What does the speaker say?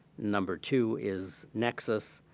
number two is nexus,